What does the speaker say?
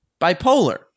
bipolar